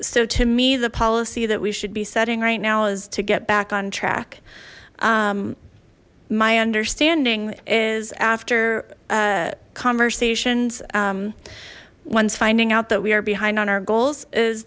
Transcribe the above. so to me the policy that we should be setting right now is to get back on track my understanding is after conversations ones finding out that we are behind on our goals is